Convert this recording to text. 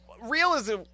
Realism